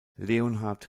leonhard